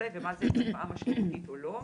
נוירולוגיות וכולי ומה זאת תופעה משמעותית או לא.